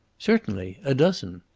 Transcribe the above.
certainly. a dozen.